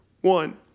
one